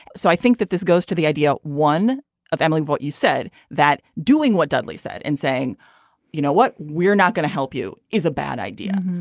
so i think that this goes to the idea one of emily what you said that doing what dudley said and saying you know what we're not going to help you is a bad idea.